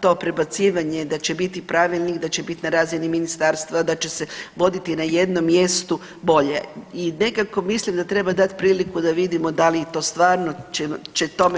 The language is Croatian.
to prebacivanje da će biti pravilnik, da će bit na razini ministarstva, da će se voditi na jednom mjestu bolje i nekako mislim da treba dat priliku da vidimo da li to stvarno će tome